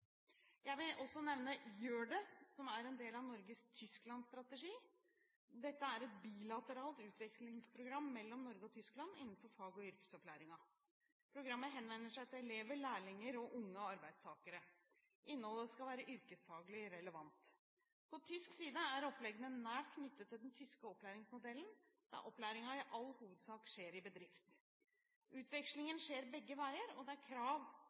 Jeg vil også nevne Gjør det!, som er en del av Norge–Tyskland-strategien. Dette er et bilateralt utvekslingsprogram mellom Norge og Tyskland innenfor fag- og yrkesopplæringen. Programmet henvender seg til elever, lærlinger og unge arbeidstakere. Innholdet skal være yrkesfaglig relevant. På tysk side er oppleggene nært knyttet til den tyske opplæringsmodellen, der opplæringen i all hovedsak skjer i bedrifter. Utvekslingen skjer begge veier, og det er et krav